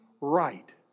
right